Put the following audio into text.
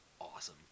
awesome